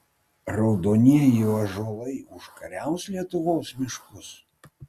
raudonieji ąžuolai užkariaus lietuvos miškus